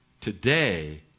Today